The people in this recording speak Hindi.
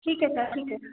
ठीक है सर ठीक है